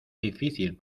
difícil